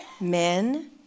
Men